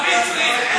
למצרי?